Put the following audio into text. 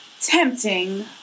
Tempting